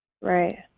Right